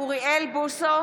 אוריאל בוסו,